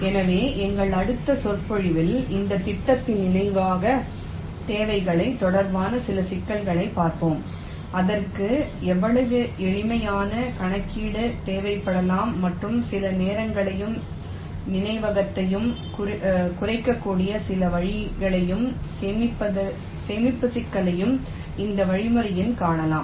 எனவே எங்கள் அடுத்த சொற்பொழிவில் இந்தத் திட்டத்தின் நினைவகத் தேவைகள் தொடர்பான சில சிக்கல்களைப் பார்ப்போம் அதற்கு எவ்வளவு எளிமையான கணக்கீடு தேவைப்படலாம் மற்றும் சில நேரங்களையும் நினைவகத்தையும் குறைக்கக்கூடிய சில வழிகளையும் சேமிப்பக சிக்கலையும் இந்த வழிமுறையில் காணலாம்